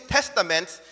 Testaments